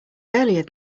earlier